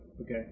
Okay